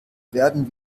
werden